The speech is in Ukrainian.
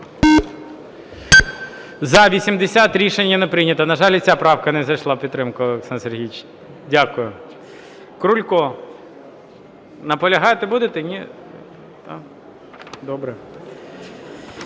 За-80 Рішення не прийнято. На жаль, і ця правка не знайшла підтримки, Олександр Сергійович. Дякую. Крулько. Наполягати будете, ні? Добре.